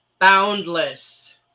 boundless